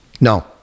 No